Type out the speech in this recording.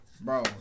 Bro